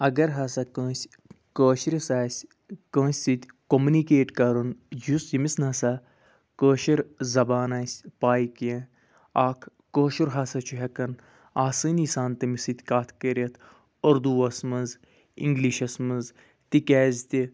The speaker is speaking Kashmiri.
اگر ہَسا کٲنٛسہِ کٲشرِس آسہِ کٲنٛسہِ سۭتۍ کوٚمنِکیٹ کَرُن یُس ییٚمِس نَہ سا کٲشِر زبان آسہِ پاے کیٚنٛہہ اکھ کٲشُر ہَسا چھُ ہیٚکان آسٲنی سان تٔمس سۭتۍ کتھ کٔرِتھ اردو وَس مَنٛز اِنٛگلِشَس مَنٛز تِکیٚاز تہِ